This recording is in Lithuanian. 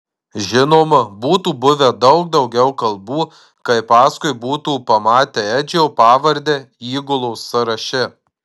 žinoma būtų buvę daug daugiau kalbų kai paskui būtų pamatę edžio pavardę įgulos sąraše